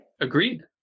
Agreed